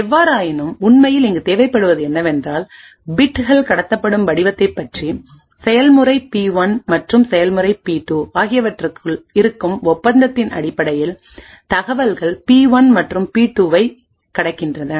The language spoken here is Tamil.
எவ்வாறாயினும் உண்மையில் இங்கு தேவைப்படுவது என்னவென்றால் பிட்கள் கடத்தப்படும் வடிவத்தைப் பற்றிசெயல்முறை பி 1 மற்றும் செயல்முறை பி 2 ஆகியவற்றுக்கு இருக்கும் ஒப்பந்தத்தின் அடிப்படையில் தகவல்கள் பி 1 மற்றும் பி 2 ஐக் கடக்கின்றன